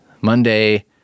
Monday